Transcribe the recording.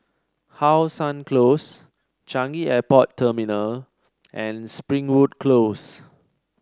How Sun Close Changi Airport Terminal and Springwood Close